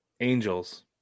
Angels